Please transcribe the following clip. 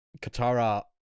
katara